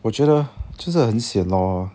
我觉得就是很 sian lor